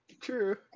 True